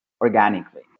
organically